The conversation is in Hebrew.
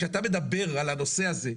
כשאתה מדבר על הנושא הזה,